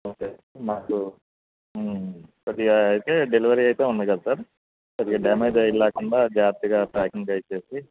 okay sir మాకు కొద్దిగా అయితే డెలివరీ అయితే ఉంది కదా సార్ కొద్దిగా డ్యామేజ్ అయి లేకుండా జాగ్రత్తగా ప్యాకింగ్ అయి చేసి